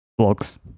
vlogs